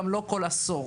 גם לא כל עשור.